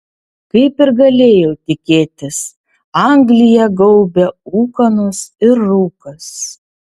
kaip ir galėjau tikėtis angliją gaubė ūkanos ir rūkas